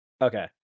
Okay